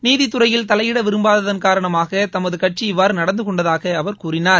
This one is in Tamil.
நீதித்துறையில் தலையிட விரும்பாததன் காரணமாக தமது கட்சி இவ்வாறு நடந்து கொண்டதாக அவர் கூறினார்